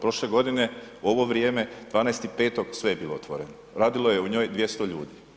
Prošle godine u ovo vrijeme 12.5. sve je bilo otvoreno, radilo je u njoj 200 ljudi.